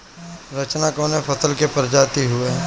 रचना कवने फसल के प्रजाति हयुए?